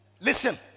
Listen